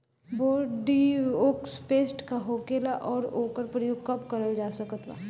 Bordeaux paste का होखेला और ओकर प्रयोग कब करल जा सकत बा?